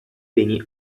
beni